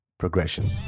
progression